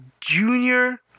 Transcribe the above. junior